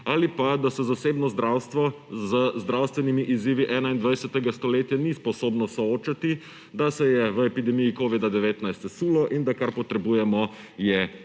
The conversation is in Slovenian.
Ali pa, da se zasebno zdravstvo z zdravstvenimi izzivi 21. stoletja ni sposobno soočati, da se je v epidemiji covida-19 sesulo in da kar potrebujemo, je